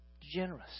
Generous